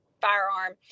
firearm